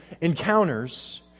encounters